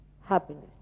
happiness